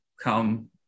come